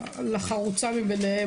לחרוצה מביניהם,